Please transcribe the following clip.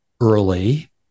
early